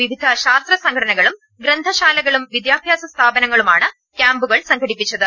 വിവിധ ശാസത്ര സംഘടനകളും ഗ്രന്ഥശാലകളും വിദ്യാഭ്യാസ സ്ഥാപനങ്ങളുമാണ് ക്യാമ്പുകൾ സംഘടിപ്പിച്ചത്